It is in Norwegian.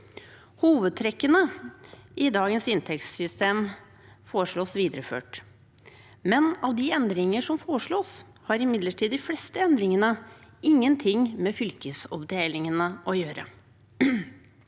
Hovedtrekkene i dagens inntektssystem foreslås videreført, men av de endringer som foreslås, har imidlertid de fleste ingenting med fylkesoppdelingene å gjøre.